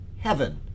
Heaven